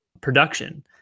production